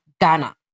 Ghana